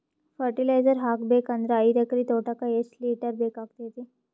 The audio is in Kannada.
ಫರಟಿಲೈಜರ ಹಾಕಬೇಕು ಅಂದ್ರ ಐದು ಎಕರೆ ತೋಟಕ ಎಷ್ಟ ಲೀಟರ್ ಬೇಕಾಗತೈತಿ?